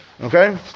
Okay